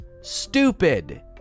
stupid